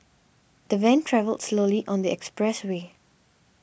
the van travelled slowly on the expressway